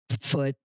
foot